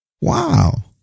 Wow